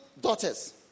daughters